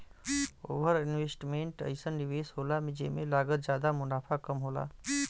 over investment अइसन निवेस होला जेमे लागत जादा मुनाफ़ा कम होला